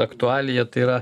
aktualija tai yra